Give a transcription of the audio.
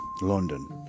London